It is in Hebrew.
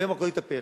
היום הכול התהפך.